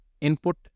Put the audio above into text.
input